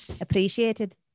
Appreciated